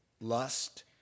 lust